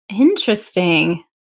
Interesting